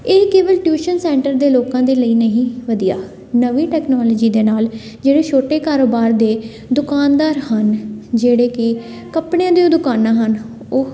ਇਹ ਕੇਵਲ tuition centre ਦੇ ਲੋਕਾਂ ਦੇ ਲਈ ਨਹੀਂ ਵਧੀਆ ਨਵੀਂ ਟੈਕਨੋਲਜੀ ਦੇ ਨਾਲ ਜਿਹੜੇ ਛੋਟੇ ਕਾਰੋਬਾਰ ਦੇ ਦੁਕਾਨਦਾਰ ਹਨ ਜਿਹੜੇ ਕਿ ਕੱਪੜਿਆਂ ਦੀਆਂ ਦੁਕਾਨਾਂ ਹਨ ਉਹ